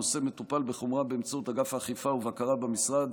הנושא מטופל בחומרה באמצעות אגף האכיפה והבקרה במשרד,